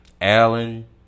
Allen